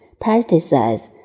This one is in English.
pesticides